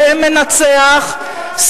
שעליהן מנצח,